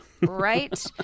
Right